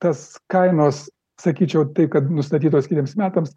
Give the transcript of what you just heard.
tas kainos sakyčiau tai kad nustatytos kitiems metams